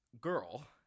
girl